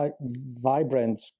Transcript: vibrant